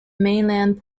mainland